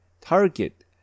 target